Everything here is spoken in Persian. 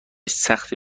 سختی